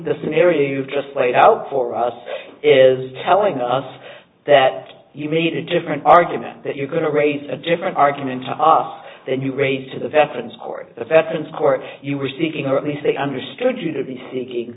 the scenario you just laid out for us is telling us that you made a different argument that you're going to raise a different argument to us than you raised to the veterans court a fact and court you were seeking or at least they understood you to be seeking